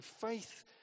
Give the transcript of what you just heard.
faith